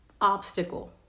obstacle